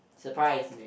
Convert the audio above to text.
surprise me